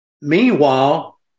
meanwhile